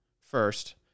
first